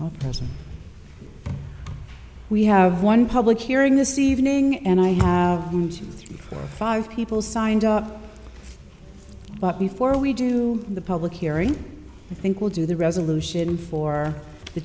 yes we have one public hearing this evening and i have three or five people signed up but before we do the public hearing i think will do the resolution for the